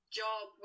job